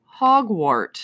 Hogwart